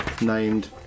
named